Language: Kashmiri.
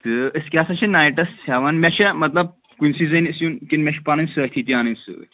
تہٕ أسۍ کیٛاہ سا چھِ نایٹَس ہٮ۪وان مےٚ چھِ مطلب کُنسٕے زٔنِس یُن کِنہٕ مےٚ چھِ پَنٕنی سٲتھی تہِ اَنٕنی سۭتۍ